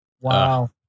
wow